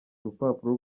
urupapuro